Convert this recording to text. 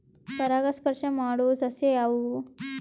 ಪರಾಗಸ್ಪರ್ಶ ಮಾಡಾವು ಸಸ್ಯ ಯಾವ್ಯಾವು?